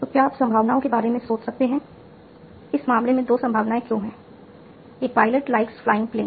तो क्या आप संभावनाओं के बारे में सोच सकते हैं इस मामले में दो संभावनाएं क्यों हैं a pilot likes flying planes